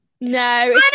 No